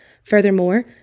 Furthermore